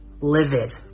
livid